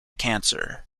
cancer